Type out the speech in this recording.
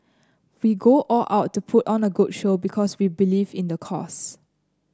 we go all out to put on a good show because we believe in the cause